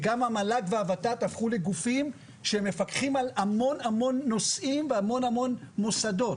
וגם המל"ג והות"ת הפכו לגופים שהם מפקחים על המון נושאים והמון מוסדות,